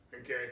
Okay